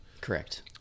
Correct